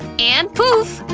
and poof